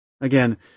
Again